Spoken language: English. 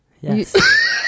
Yes